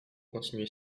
continuer